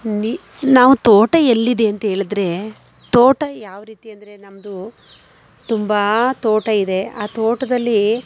ನಿ ನಾವು ತೋಟ ಎಲ್ಲಿದೆ ಅಂತ ಹೇಳಿದ್ರೆ ತೋಟ ಯಾವ ರೀತಿ ಅಂದರೆ ನಮ್ಮದು ತುಂಬ ತೋಟ ಇದೆ ಆ ತೋಟದಲ್ಲಿ